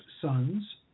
sons